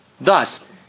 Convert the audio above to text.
Thus